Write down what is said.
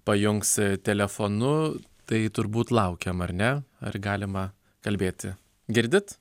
pajungs telefonu tai turbūt laukiam ar ne ar galima kalbėti girdit